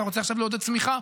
אתה רוצה עכשיו לעודד צמיחה,